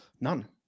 None